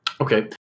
Okay